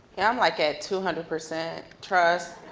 i'm like at two hundred percent trust.